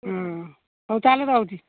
ହୁଁ ହଉ ତାହେଲେ ରହୁଛି